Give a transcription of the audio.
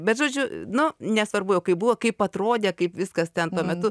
bet žodžiu nu nesvarbu jau kaip buvo kaip atrodė kaip viskas ten tuo metu